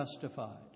justified